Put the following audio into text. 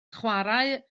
chwarae